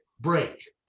break